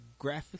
graphics